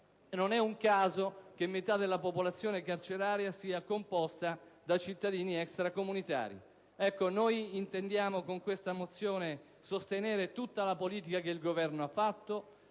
Non è un caso che metà della popolazione carceraria sia composta da cittadini extracomunitari. Noi intendiamo con questa mozione sostenere tutta la politica che il Governo ha fatto